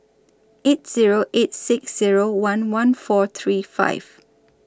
eight Zero eight six Zero one one four three five